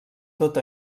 tot